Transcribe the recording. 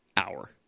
Hour